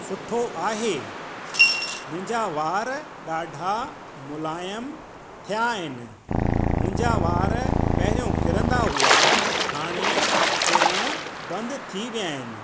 सुठो आहे मुहिंजा वार ॾाढा मुलायम थिया आहिनि मुंहिंजा वार पहिरियों किरंदा हुआ हाणे किरणु बंदि थी विया आहिनि